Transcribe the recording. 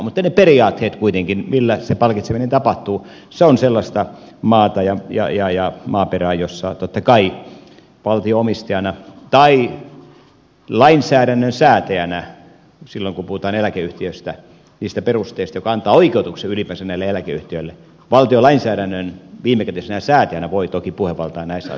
mutta ne periaatteet kuitenkin millä se palkitseminen tapahtuu se on sellaista maata ja maaperää jossa totta kai valtio omistajana tai lainsäädännön viimekätisenä säätäjänä silloin kun puhutaan eläkeyhtiöstä niistä perusteista jotka antavat oikeutuksen ylipäänsä näille eläkeyhtiöille voi toki puhevaltaa näissä asioissa käyttää